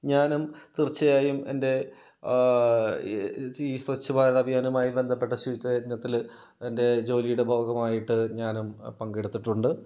ഞാനും തീർച്ചയായും എൻ്റെ ഈ സ്വച്ഛ് ഭാരത് അഭിയാനുമായി ബന്ധപ്പെട്ട ശുചിത്വ യജ്ഞത്തിൽ എൻ്റെ ജോലിയുടെ ഭാഗമായിട്ട് ഞാനും പങ്കെടുത്തിട്ടുണ്ട്